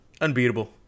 unbeatable